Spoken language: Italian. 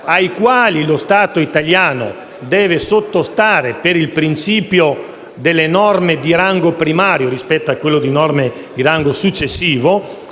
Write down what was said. Grazie